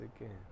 again